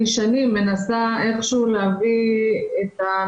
בשנים האחרונות אנחנו השכלנו להבין שצריך להפריד ואנחנו